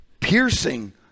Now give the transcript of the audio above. piercing